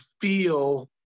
feel